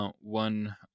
one